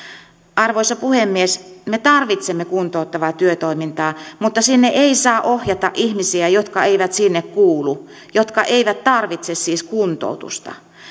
arvoisa puhemies me tarvitsemme kuntouttavaa työtoimintaa mutta sinne ei saa ohjata ihmisiä jotka eivät sinne kuulu jotka eivät siis tarvitse kuntoutusta